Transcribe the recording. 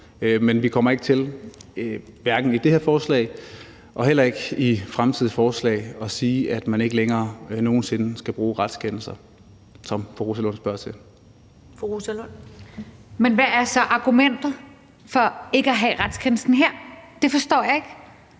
Men vi kommer ikke til, hverken i det her forslag eller i fremtidige forslag, at sige, at man ikke længere nogen sinde skal bruge retskendelser, som fru Rosa Lund spørger til. Kl. 13:29 Første næstformand (Karen Ellemann): Fru Rosa Lund.